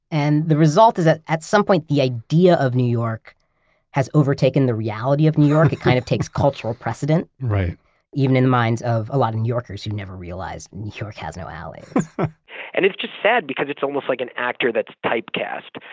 and the result is that, at some point, the idea of new york has overtaken the reality of new york. it kind of takes cultural precedent, even in the minds of a lot of new yorkers who never realized new york has no alleys and it's just sad, because it's almost like an actor that's typecast,